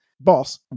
Boss